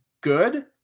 good